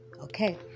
Okay